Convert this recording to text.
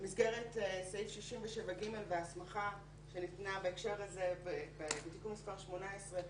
במסגרת סעיף 67ג וההסמכה שניתנה בהקשר הזה בתיקון מס' 18,